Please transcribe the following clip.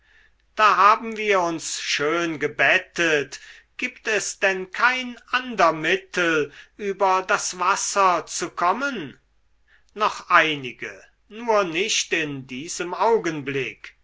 da haben wir uns schön gebettet gibt es denn kein ander mittel über das wasser zu kommen noch einige nur nicht in diesem augenblick